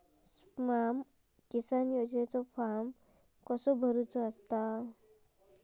स्माम किसान योजनेचो फॉर्म कसो भरायचो?